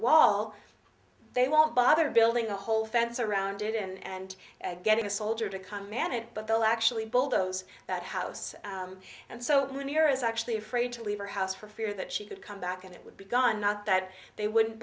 wall they won't bother building a whole fence around it and getting a soldier to command it but they'll actually bulldoze that house and so many are is actually afraid to leave her house for fear that she could come back and it would be gone not that they wouldn't